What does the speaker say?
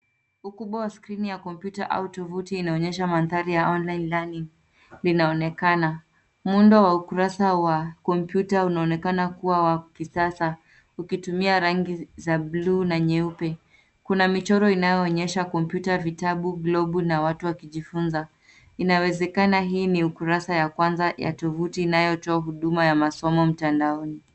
Ukubwa wa skrini ya kompyuta au tovuti inaonyesha mandhari ya Online learning linaonekana. Muundo wa ukurasa wa kompyuta unaonekana kuwa wa kisasa ukitumia rangi za buluu na nyeupe. Kuna michoro inayoonyesha kompyuta vitabu, globu na watu wakijifunza. Inawezekana hii ni ukurasa ya kwanza ya tovuti inayotoa huduma ya masomo mtandaoni.